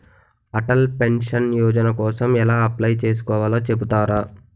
Atal pension Yojana కోసం ఎలా apply చేసుకోవాలో చెపుతారా?